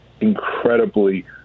incredibly